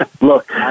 look